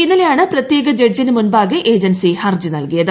ഇന്നലെയാണ് പ്രത്യേക ജഡ്ജിന് മുൻപാകെ ഏജൻസി ഹർജി നൽകിയത്